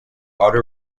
otto